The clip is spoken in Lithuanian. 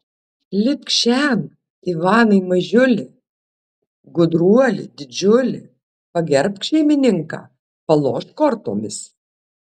lipk šen ivanai mažiuli gudruoli didžiuli pagerbk šeimininką palošk kortomis